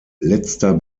letzter